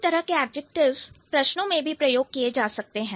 इस तरह के एडजेक्टिव प्रश्नों में भी प्रयोग किए जा सकते हैं